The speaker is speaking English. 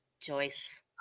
Joyce